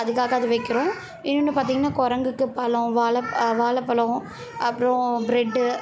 அதுக்காக அது வைக்கிறோம் இன்னொன்னு பார்த்திங்கனா குரங்குக்கு பழம் வாழை வாழைப் பழம் அப்புறம் ப்ரட்டு